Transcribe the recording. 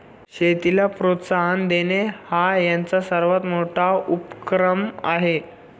शेतीला प्रोत्साहन देणे हा त्यांचा सर्वात मोठा उपक्रम आहे